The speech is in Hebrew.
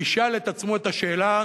וישאל את עצמו את השאלה,